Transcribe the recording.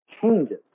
changes